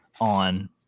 on